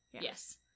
yes